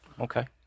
Okay